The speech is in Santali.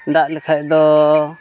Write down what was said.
ᱫᱟᱜ ᱞᱮᱠᱷᱟᱡ ᱫᱚ